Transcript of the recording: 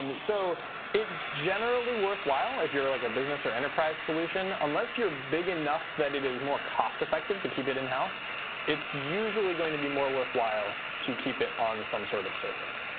and so it's generally worthwhile if you're like a business or enterprise solution. unless you're big enough that it is more cost effective to keep it in-house, it's usually going to be more worthwhile to keep it on some sort of service.